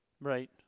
Right